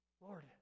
Lord